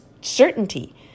certainty